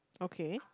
okay